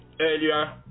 earlier